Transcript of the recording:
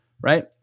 right